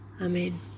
Amen